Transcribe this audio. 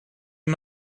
are